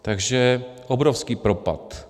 Takže obrovský propad.